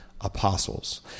Apostles